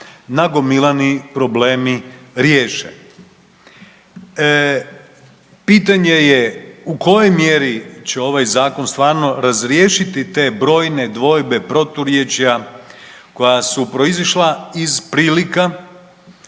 nagomilani problemi riješe. Pitanje je u kojoj mjeri će ovaj zakon stvarno razriješiti te brojne dvojbe proturječja koja su proizišla iz prilika